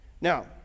Now